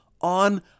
on